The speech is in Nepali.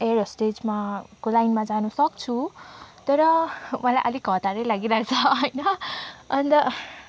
एयर होस्टेजमा को लाइनमा जानसक्छु तर मलाई अलिक हतारै लागिरहेछ होइन अन्त